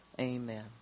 amen